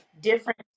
different